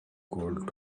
gold